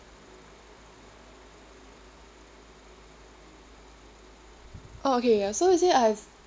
oh okay ya so you see I've